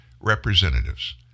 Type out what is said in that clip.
representatives